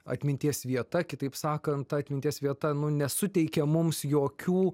atminties vieta kitaip sakant ta atminties vieta nesuteikia mums jokių